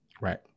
Right